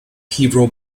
hebrew